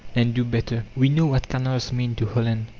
and do better. we know what canals mean to holland.